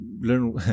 learn